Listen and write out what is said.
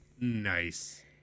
nice